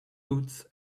boots